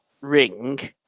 ring